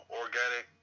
organic